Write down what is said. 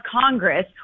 Congress